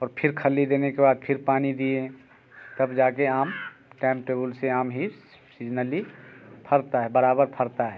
और फिर खल्ली देने के बाद फिर पानी दिएँ तब जाके आम टाइम टेबुल से आम भी सिज़नली फरता है बराबर फरता है